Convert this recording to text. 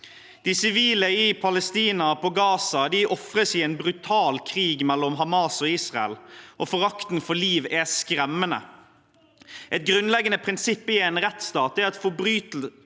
De sivile i Palestina og på Gaza ofres i en brutal krig mellom Hamas og Israel, og forakten for liv er skremmende. Et grunnleggende prinsipp i en rettsstat er at forbrytere